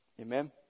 Amen